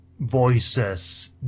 Voices